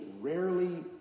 rarely